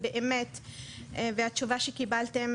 והתשובה שקיבלתם,